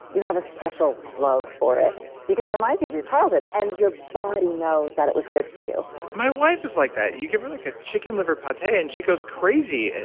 you have a special love for it because it reminds you of your childhood. and your body knows that it was good for you my wife is like that. you give her like a chicken liver pate, and she goes crazy. and